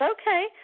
okay